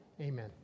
amen